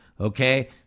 okay